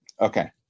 Okay